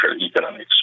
economics